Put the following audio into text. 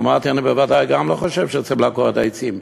אמרתי: אני בוודאי גם לא חושב שצריכים לעקור את העצים,